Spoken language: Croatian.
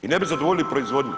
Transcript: I ne bi zadovoljili proizvodnju.